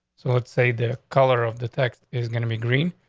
so let's say the color of the text is gonna be green.